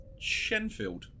Shenfield